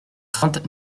craintes